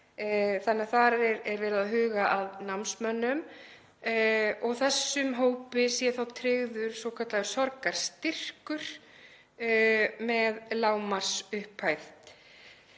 þannig að þar er verið að huga að námsmönnum og að þessum hópi sé þá tryggður svokallaður sorgarstyrkur með lágmarksupphæð.